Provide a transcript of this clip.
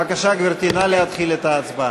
בבקשה, גברתי, נא להתחיל את ההצבעה.